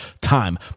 time